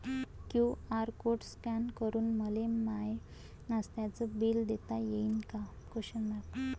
QR code scan करून मले माय नास्त्याच बिल देता येईन का?